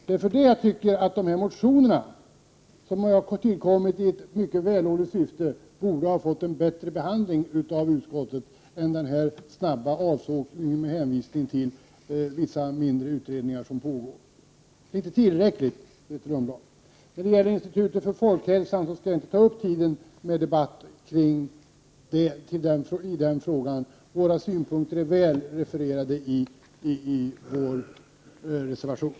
Det är därför som jag tycker att dessa motioner, som tillkommit i ett mycket vällovligt syfte, borde ha fått en bättre behandling av utskottet än denna snabba avsågning under hänvisning till vissa mindre utredningar som pågår. Detta är inte tillräckligt, Grethe Lundblad. Jag skall inte ta upp tiden med någon debatt kring institutet för folkhälsan. Våra synpunkter är väl refererade i vår reservation.